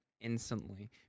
instantly